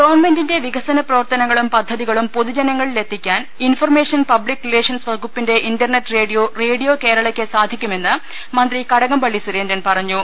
ഗവൺമെന്റിന്റെ വികസന പ്രവർത്തനങ്ങളും പദ്ധതികളും പൊതുജനങ്ങളിൽ എത്തിക്കാൻ ഇൻഫർമേഷൻ പബ്ലിക് റിലേ ഷൻസ് വകുപ്പിന്റെ ഇന്റർനെറ്റ് റേഡിയോ റേഡിയോ കേരളയ്ക്ക് സാധിക്കുമെന്ന് മന്ത്രി കടകംപള്ളി സുരേന്ദ്രൻ പറഞ്ഞു